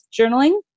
journaling